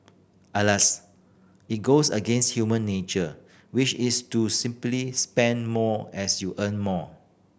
alas it goes against human nature which is to simply spend more as you earn more